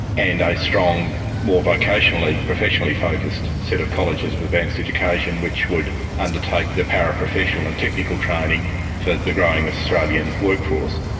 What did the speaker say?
and a strong more vocationally professionally focused set of colleges of advanced education which would undertake the paraprofessional and technical training for the growing australian workforce.